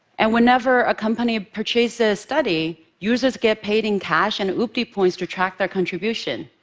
and whenever a company purchases a study, users get paid in cash and ubdi points to track their contribution,